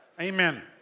Amen